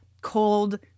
cold